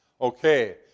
Okay